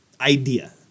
idea